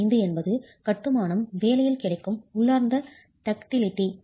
5 என்பது கட்டுமானம் வேலையில் கிடைக்கும் உள்ளார்ந்த டக்டிலிட்டி